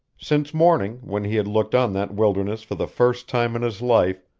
since morning, when he had looked on that wilderness for the first time in his life,